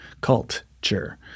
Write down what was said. culture